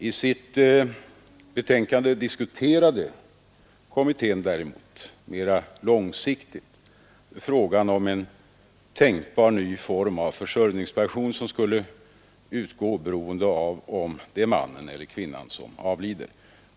I sitt betänkande diskuterade kommittén däremot mera långsiktigt frågan om en tänkbar ny form av försörjningspension som skulle utgå oberoende av om det är mannen eller kvinnan som avlider.